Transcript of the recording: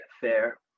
fair